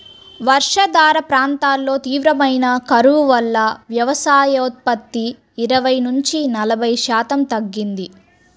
వర్షాధార ప్రాంతాల్లో తీవ్రమైన కరువు వల్ల వ్యవసాయోత్పత్తి ఇరవై నుంచి నలభై శాతం తగ్గింది